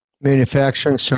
manufacturing